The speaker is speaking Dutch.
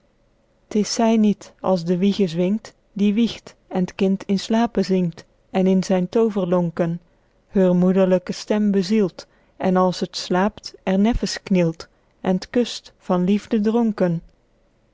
t is zy niet als de wiege zwingt die wiegt en t kind in slape zingt en in zyn tooverlonken heur moederlyke stem bezielt en als het slaept er neffens knielt en t kust van